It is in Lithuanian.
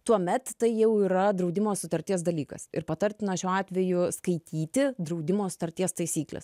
tuomet tai jau yra draudimo sutarties dalykas ir patartina šiuo atveju skaityti draudimo sutarties taisykles